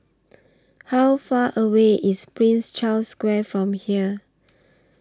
How Far away IS Prince Charles Square from here